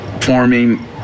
forming